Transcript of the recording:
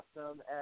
awesome